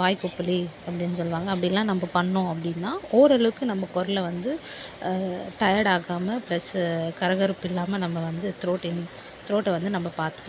வாய் கொப்பிளி அப்படின்னு சொல்லுவாங்க அப்படிலாம் நம்ப பண்ணோம் அப்படின்னா ஓரளவுக்கு நம்ப குரல வந்து டயர்ட் ஆக்காமல் ப்ளஸ்ஸு காரகப்பு இல்லாமல் நம்ப வந்து த்ரோட் இன் த்ரோட்டை வந்து நம்ப பார்த்துக்குலாம்